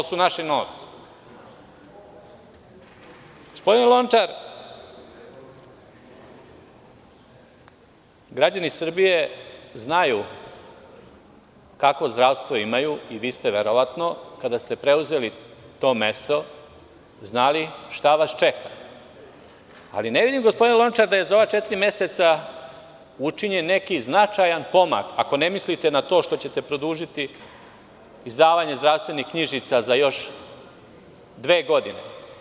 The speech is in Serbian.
Gospodine Lončar, građani Srbije znaju kakvo zdravstvo imaju i vi ste verovatno kada ste preuzeli to mesto znali šta vas čeka, ali ne vidim, gospodine Lončar, da je za ova četiri meseca učinjen neki značajan pomak, ako ne mislite na to što ćete produžiti izdavanje zdravstvenih knjižica za još dve godine.